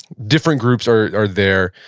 different groups are are there.